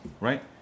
right